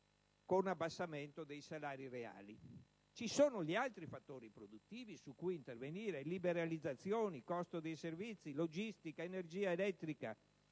con abbassamento dei salari reali. Ci sono altri fattori produttivi su cui intervenire (liberalizzazioni, costo dei servizi, logistica, energia), rispetto ai